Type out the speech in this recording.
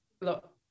look